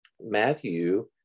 Matthew